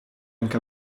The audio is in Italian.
anche